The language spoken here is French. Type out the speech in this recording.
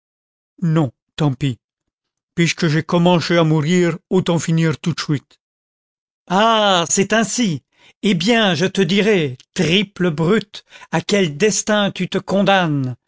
non tant pis pichque j'ai commenché à mourir autant finir tout de chuite ah c'est ainsi eh bien je te dirai triple brute à quel destin tu te condamnes